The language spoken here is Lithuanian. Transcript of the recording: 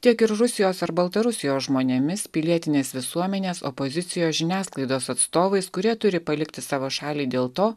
tiek ir rusijos ar baltarusijos žmonėmis pilietinės visuomenės opozicijos žiniasklaidos atstovais kurie turi palikti savo šalį dėl to